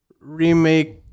Remake